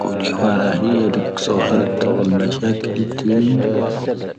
ʻⵡⴻ ʻⵡⴻ ⵔāⵀⵉ ⵢⴰⴷ ʻⵇⵙoⵀⴰⵔ ⵜⴰⵡⴰⵏ ⵎāⵙⵀāⴽⴻⵍ ⵜⵉ